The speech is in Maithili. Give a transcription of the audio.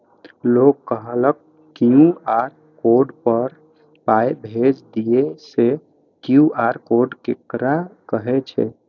लोग कहलक क्यू.आर कोड पर पाय भेज दियौ से क्यू.आर कोड ककरा कहै छै?